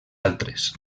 altres